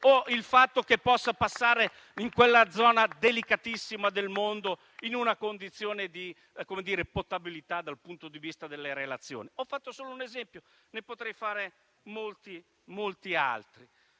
o il fatto che si possa passare in quella zona delicatissima del mondo in una condizione di potabilità, dal punto di vista delle relazioni. Ho fatto solo un esempio, ma ne potrei fare molti altri.